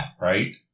right